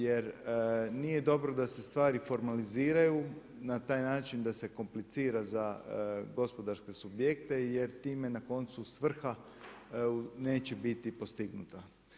Jer nije dobro da se stvari formaliziraju na taj način da se komplicira za gospodarske subjekte, jer time na koncu svrha neće biti postignuta.